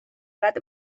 bat